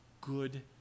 good